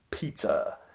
pizza